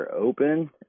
open